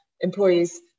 employees